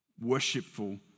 worshipful